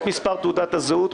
ותעודת הזהות,